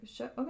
Okay